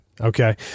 okay